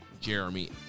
jeremy